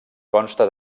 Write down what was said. consta